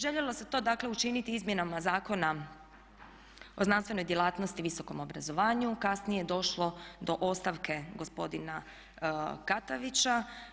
Željelo se to dakle učiniti izmjenama Zakona o znanstvenoj djelatnosti i visokom obrazovanju, kasnije je došlo do ostavke gospodina Katavića.